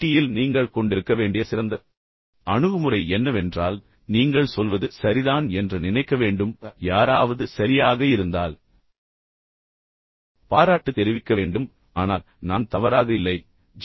யில் நீங்கள் கொண்டிருக்க வேண்டிய சிறந்த அணுகுமுறை என்னவென்றால் நீங்கள் சொல்வது சரிதான் என்று நீங்கள் நினைக்க வேண்டும் யாராவது சரியாக இருந்தால் நீங்கள் பாராட்டு தெரிவிக்க வேண்டும் ஆனால் நான் தவறாக இல்லை எனவே ஜி